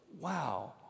wow